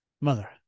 Mother